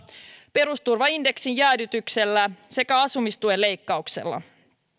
perusturvaindeksin jäädytyksellä sekä asumistuen leikkauksella